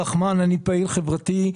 פעיל חברתי.